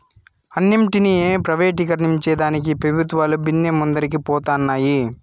అన్నింటినీ ప్రైవేటీకరించేదానికి పెబుత్వాలు బిన్నే ముందరికి పోతన్నాయి